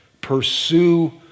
Pursue